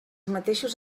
mateixos